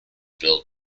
built